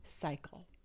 cycle